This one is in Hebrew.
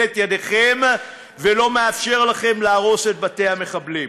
את ידיכם ולא מאפשר לכם להרוס את בתי המחבלים.